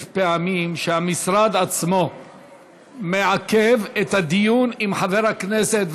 יש פעמים שהמשרד עצמו מעכב את הדיון עם חבר הכנסת,